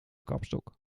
kapstok